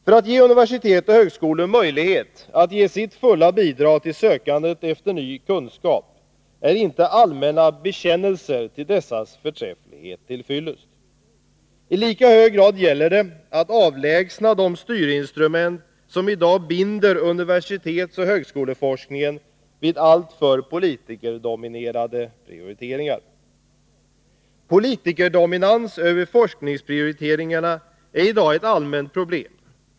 För att ge universitet och högskolor möjlighet att ge sitt fulla bidrag till sökandet efter ny kunskap är inte allmänna bekännelser till dessas förträfflighet till fyllest. I lika hög grad gäller det att avlägsna de styrinstrument som i dag binder universitetsoch högskoleforskningen vid alltför politikerdominerade prioriteringar. Politikerdominans över forskningsprioriteringarna är i dag ett allmänt problem.